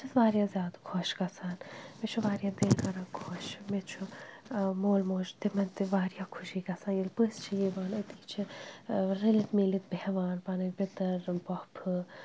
بہٕ چھَس واریاہ زیادٕ خۄش گژھان مےٚ چھُ واریاہ دِل کَران خۄش مےٚ چھُ مول موج تِمَن تہِ واریاہ خوشی گژھان ییٚلہِ پٔژھۍ چھِ یِوان أتی چھِ رٔلِتھ میٖلِتھ بیٚہوان پَنٕنۍ پِتٕر پۄپھٕ